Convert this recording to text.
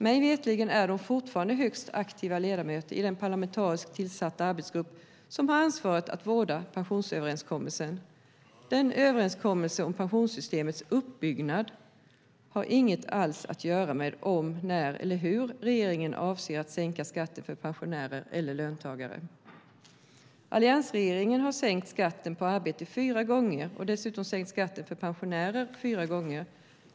Mig veterligen är de fortfarande högst aktiva ledamöter i den parlamentariskt tillsatta arbetsgrupp som har ansvar att vårda pensionsöverenskommelsen. Denna överenskommelse om pensionssystemets uppbyggnad har inget alls att göra med om, när eller hur regeringen avser att sänka skatten för pensionärer eller löntagare. Alliansregeringen har sänkt skatten på arbete fyra gånger och dessutom sänkt skatten för pensionärer fyra gånger.